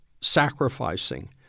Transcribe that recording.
sacrificing